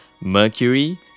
Mercury